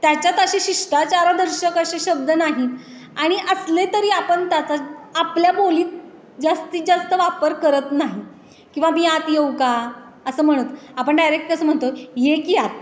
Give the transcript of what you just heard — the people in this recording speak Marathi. त्याच्यात असे शिष्टाचारदर्शक असे शब्द नाहीत आणि असले तरी आपण तसा आपल्या बोलीत जास्तीत जास्त वापर करत नाही किंवा मी आत येऊ का असं म्हणत आपण डायरेक्ट कसं म्हणतो ये की यात